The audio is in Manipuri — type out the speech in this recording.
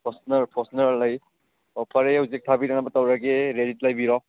ꯐꯣꯔꯆꯨꯅꯔ ꯐꯣꯔꯆꯨꯅꯔ ꯂꯩ ꯑꯣ ꯐꯔꯦ ꯍꯧꯖꯤꯛ ꯊꯥꯕꯤꯔꯛꯅꯕ ꯇꯧꯔꯒꯦ ꯔꯦꯗꯤꯗ ꯂꯩꯕꯤꯔꯣ